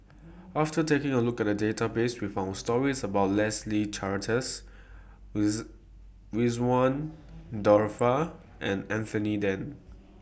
after taking A Look At The Database We found stories about Leslie Charteris Ridzwan Dzafir and Anthony Then